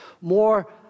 more